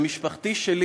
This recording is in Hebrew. במשפחתי שלי